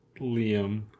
Liam